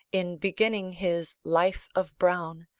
in beginning his life of browne,